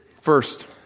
First